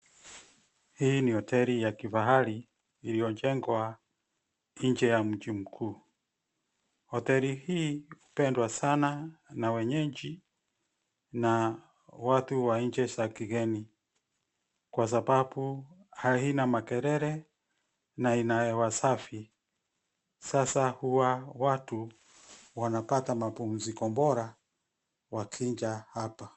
Hii ni hoteli ya kifahari iliyojengwa nje ya mji mkuu. Hoteli hii hupendwa sana na wenyeji na watu wa nchi za kigeni kwa sababu haina makelele na ina hewa safi, sasa huwa watu wanapata mapumziko bora wakija hapa.